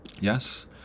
Yes